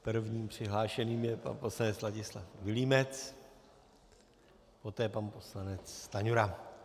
Prvním přihlášeným je pan poslanec Vladislav Vilímec, poté pan poslanec Stanjura.